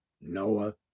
Noah